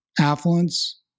affluence